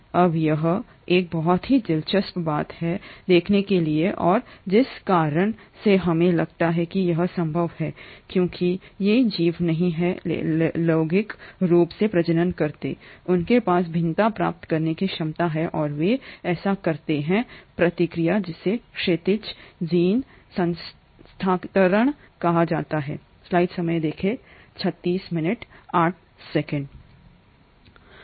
अब यह एक बहुत ही दिलचस्प बात है देखने के लिए और जिस कारण से हमें लगता है कि यह संभव है क्योंकि ये जीव नहीं हैं लैंगिक रूप से प्रजनन करते हैं उनके पास भिन्नता प्राप्त करने की क्षमता है और वे ऐसा करते हैं प्रक्रिया जिसे क्षैतिज जीन स्थानांतरण कहा जाता है